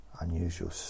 unusual